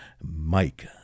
mike